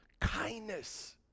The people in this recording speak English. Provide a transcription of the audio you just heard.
kindness